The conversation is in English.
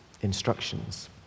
instructions